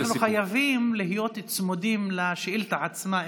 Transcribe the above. אנחנו חייבים להיות צמודים לשאילתה עצמה.